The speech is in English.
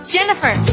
Jennifer